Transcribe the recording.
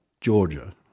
Georgia